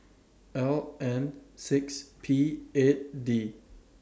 L N six P eight D